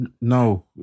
No